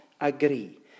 agree